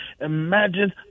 Imagine